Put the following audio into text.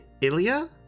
Ilya